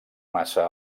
maça